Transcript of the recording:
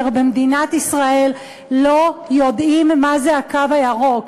במדינת ישראל לא יודעים מה זה הקו הירוק.